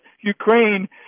Ukraine